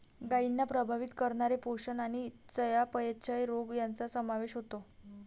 गायींना प्रभावित करणारे पोषण आणि चयापचय रोग यांचा समावेश होतो